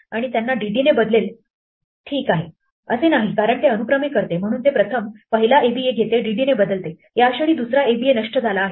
आणि त्यांना DD ने बदलेल ठीक आहे असे नाही कारण ते अनुक्रमे करते म्हणून ते प्रथम पहिला aba घेते DD ने बदलते या क्षणी दुसरा aba नष्ट झाला आहे